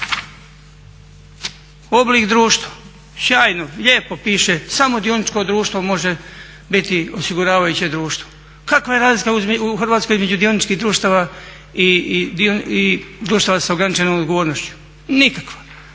Oblik društva, sjajno, lijepo piše samo dioničko društvo može biti osiguravajuće društvo. Kakva je razlika u Hrvatskoj između dioničkih društava i društava s ograničenom odgovornošću? Nikakva!